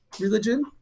religion